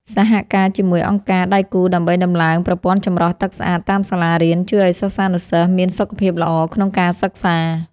សហការជាមួយអង្គការដៃគូដើម្បីដំឡើងប្រព័ន្ធចម្រោះទឹកស្អាតតាមសាលារៀនជួយឱ្យសិស្សានុសិស្សមានសុខភាពល្អក្នុងការសិក្សា។